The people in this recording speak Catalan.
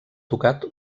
tocat